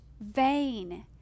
vain